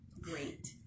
great